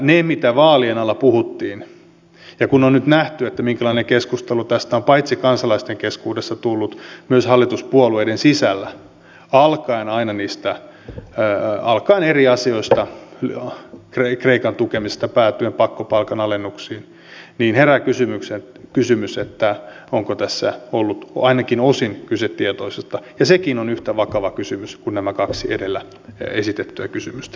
muistaen mitä vaalien alla puhuttiin ja kun on nyt nähty minkälainen keskustelu tästä on tullut paitsi kansalaisten keskuudessa myös hallituspuolueiden sisällä alkaen eri asioista kreikan tukemisesta päätyen pakkopalkanalennuksiin niin herää kysymys onko tässä ollut ainakin osin kyse tietoisesta ja sekin on yhtä vakava kysymys kuin nämä kaksi edellä esitettyä kysymystä